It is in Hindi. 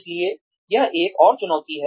इसलिए यह एक और चुनौती है